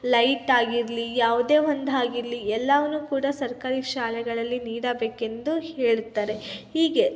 light ಆಗಿರಲಿ ಯಾವುದೇ ಒಂದು ಆಗಿರ್ಲಿ ಎಲ್ಲವನ್ನು ಕೂಡ ಸರ್ಕಾರಿ ಶಾಲೆಗಳಲ್ಲಿ ನೀಡಬೇಕೆಂದು ಹೇಳುತ್ತಾರೆ ಹೀಗೆ